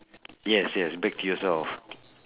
yes yes back to yourself